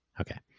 Okay